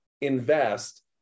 invest